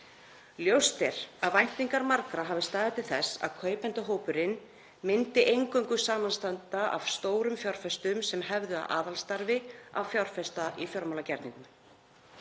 Ljóst er að væntingar margra hafi staðið til þess að kaupendahópurinn myndi eingöngu samanstanda af stórum fjárfestum sem hefðu að aðalstarfi að fjárfesta í fjármálagerningum.